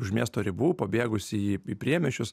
už miesto ribų pabėgusi į priemiesčius